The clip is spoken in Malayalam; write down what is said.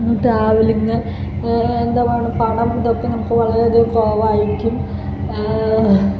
ട്രാവെല്ലിംഗ് എന്താ പണം ഇതൊക്കെ നമുക്ക് വളരെയധികം കുറവായിരിക്കും